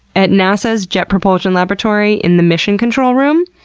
at nasa's jet propulsion laboratory in the mission control room,